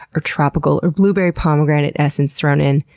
or tropical, or blueberry pomegranate essence thrown in,